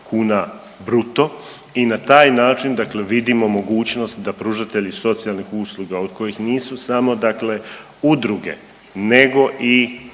kuna bruto i na taj način dakle vidimo mogućnost da pružatelji socijalnih usluga od kojih nisu samo dakle udruge nego i